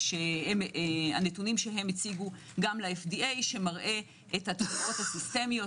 זה הנתונים שהם הציגו גם ל-FDA שמראה את התופעות הסיסטמיות